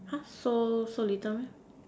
!huh! so so little meh